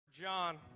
John